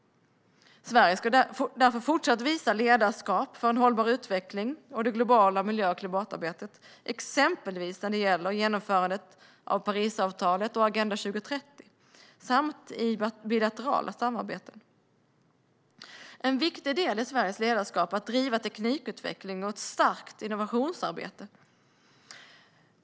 Sverige ska därför fortsätta att visa ledarskap för en hållbar utveckling och det globala miljö och klimatarbetet, exempelvis när det gäller genomförandet av Parisavtalet och Agenda 2030 samt i bilaterala samarbeten. En viktig del i Sveriges ledarskap är att driva teknikutveckling och ett starkt innovationsarbete.